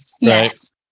Yes